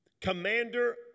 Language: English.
commander